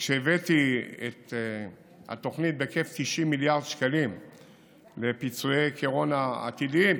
כשהבאתי את התוכנית בהיקף של 90 מיליארד שקלים לפיצויי קורונה עתידיים,